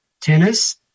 tennis